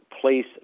place